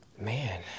Man